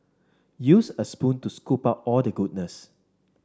use a spoon to scoop out all the goodness